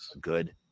good